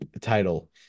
title